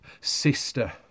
sister